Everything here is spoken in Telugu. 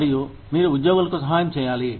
మరియు మీరు ఉద్యోగులకు సహాయం చేయాలి